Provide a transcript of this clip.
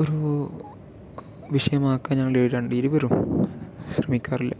ഒരു വിഷയമാക്കാൻ ഞങ്ങള് രണ്ട് ഇരുവരും ശ്രമിക്കാറില്ല